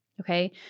Okay